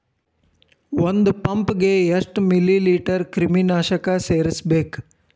ಒಂದ್ ಪಂಪ್ ಗೆ ಎಷ್ಟ್ ಮಿಲಿ ಲೇಟರ್ ಕ್ರಿಮಿ ನಾಶಕ ಸೇರಸ್ಬೇಕ್?